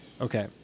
Okay